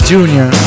Junior